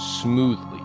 smoothly